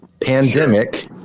pandemic